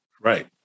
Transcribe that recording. Right